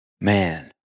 Man